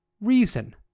reason